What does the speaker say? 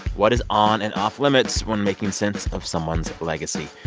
what is on and off limits when making sense of someone's legacy?